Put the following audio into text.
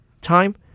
time